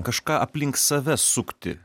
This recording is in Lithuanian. kažką aplink save sukti